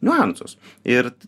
niuansus ir